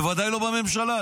בוודאי לא בממשלה.